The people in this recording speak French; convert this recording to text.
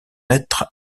être